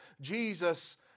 Jesus